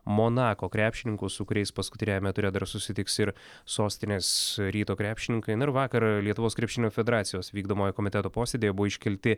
monako krepšininkus su kuriais paskutiniajame ture dar susitiks ir sostinės ryto krepšininkai na ir vakar lietuvos krepšinio federacijos vykdomojo komiteto posėdyje buvo iškelti